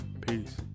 Peace